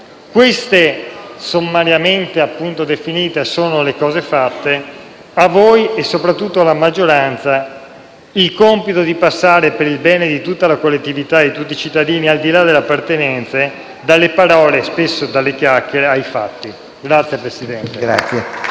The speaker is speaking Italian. queste, sommariamente definite, sono le cose fatte. A voi, e soprattutto alla maggioranza, il compito di passare per il bene di tutta la collettività e di tutti i cittadini, al di là delle appartenenze, dalle parole - e spesso dalle chiacchiere - ai fatti. *(Applausi